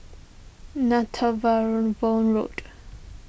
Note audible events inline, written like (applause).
(unintelligible) Road